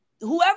whoever